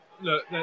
Look